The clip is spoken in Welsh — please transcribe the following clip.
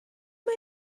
mae